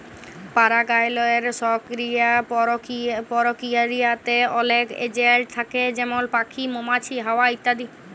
পারাগায়লের সকিরিয় পরকিরিয়াতে অলেক এজেলট থ্যাকে যেমল প্যাখি, মমাছি, হাওয়া ইত্যাদি